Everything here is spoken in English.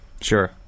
sure